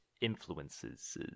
influences